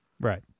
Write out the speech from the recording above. Right